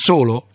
Solo